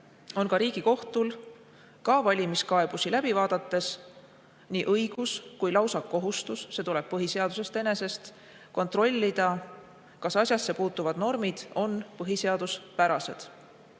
on Riigikohtul ka valimiskaebusi läbi vaadates nii õigus kui ka lausa kohustus – see tuleb põhiseadusest enesest – kontrollida, kas asjasse puutuvad normid on põhiseaduspärased.